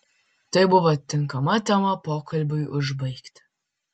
tai buvo tinkama tema pokalbiui užbaigti